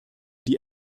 die